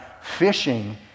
fishing